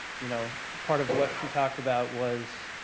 you know, part of what she talked about was,